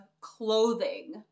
clothing